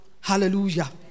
Hallelujah